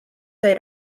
sai